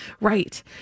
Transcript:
right